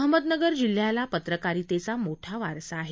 अहमदनगर जिल्ह्याला पत्रकारितेचा मोठा वारसा आहे